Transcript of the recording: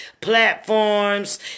platforms